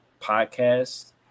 podcast